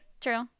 True